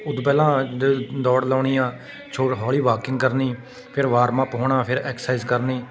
ਉੱਦੋਂ ਪਹਿਲਾਂ ਜਦੋਂ ਦੌੜ ਲਗਾਉਣੀ ਆ ਛੋਰ ਹੌਲੀ ਵਾਕਿੰਗ ਕਰਨੀ ਫਿਰ ਵਾਰਮਅੱਪ ਹੋਣਾ ਫਿਰ ਐਕਸਰਸਾਈਜ਼ ਕਰਨੀ